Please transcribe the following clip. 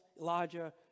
Elijah